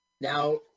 Now